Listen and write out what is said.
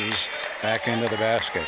es back into the basket